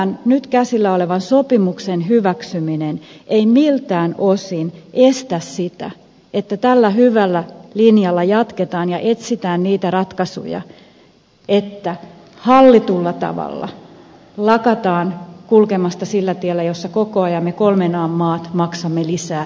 tämän nyt käsillä olevan sopimuksen hyväksyminen ei miltään osin estä sitä että tällä hyvällä linjalla jatketaan ja etsitään niitä ratkaisuja että hallitulla tavalla lakataan kulkemasta sillä tiellä jossa koko ajan me kolmen an maat maksamme lisää ja lisää